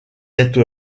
être